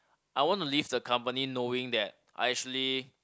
I want to leave the company knowing that I actually